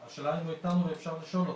השאלה אם הוא איתנו ואפשר לשאול אותו.